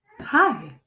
Hi